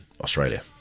Australia